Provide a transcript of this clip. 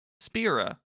Spira